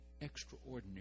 extraordinary